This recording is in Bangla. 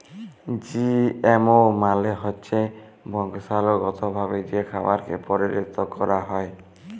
জিএমও মালে হচ্যে বংশালুগতভাবে যে খাবারকে পরিলত ক্যরা হ্যয়েছে